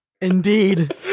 Indeed